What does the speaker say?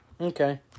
Okay